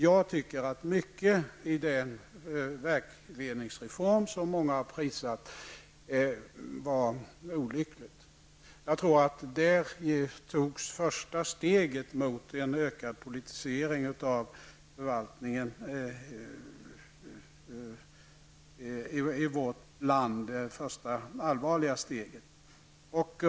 Jag tycker att mycket i den verksledningsreform som många har prisat var olycklig. Jag tror att där togs första allvarliga steget mot en ökad politisering av förvaltningen i vårt land.